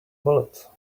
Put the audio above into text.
wallet